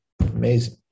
Amazing